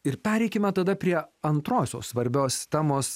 ir pereikime tada prie antrosios svarbios temos